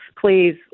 please